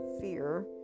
fear